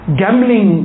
gambling